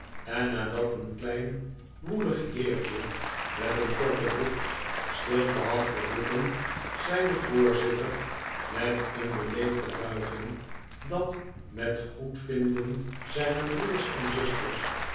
en nadat een klein woelig heertje met een korte broek stilte had geroepen zei de voorzitter met een beleefde buiging dat met goedvinden zijner broeders en zusters